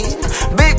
Big